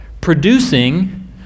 producing